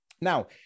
Now